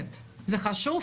זכאי חוק השבות,